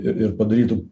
ir ir padarytų